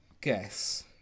guess